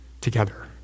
together